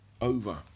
over